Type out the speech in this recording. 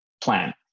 plan